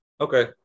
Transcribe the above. okay